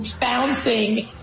bouncing